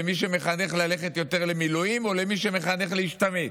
למי שמחנך ללכת יותר למילואים או למי שמחנך להשתמט?